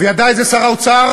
וידע את זה שר האוצר